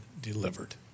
delivered